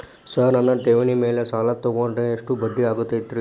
Sir ನನ್ನ ಠೇವಣಿ ಮೇಲೆ ಸಾಲ ತಗೊಂಡ್ರೆ ಎಷ್ಟು ಬಡ್ಡಿ ಆಗತೈತ್ರಿ?